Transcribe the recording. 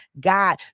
God